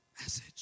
message